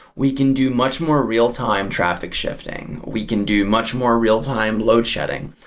we can do much more real-time traffic shifting. we can do much more real-time load shedding.